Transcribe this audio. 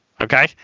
okay